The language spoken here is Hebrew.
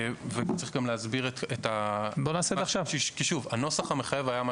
הנוסח המחייב היה מה